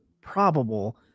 probable